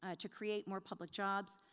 ah to create more public jobs,